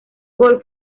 gol